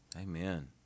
Amen